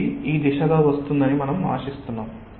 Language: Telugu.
ఇది ఈ దిశగా వస్తుందని మనం ఆశిస్తున్నాము